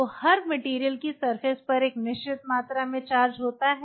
तो हर मटेरियल की सरफेस पर एक निश्चित मात्रा में चार्ज होता है